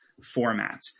format